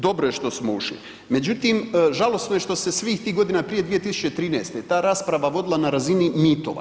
Dobro je što smo ušli, međutim, žalosno je što se svih tih godina prije 2013. ta rasprava vodila na razini mitova.